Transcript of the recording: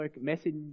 message